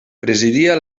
presidia